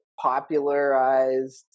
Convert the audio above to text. popularized